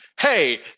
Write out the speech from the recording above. hey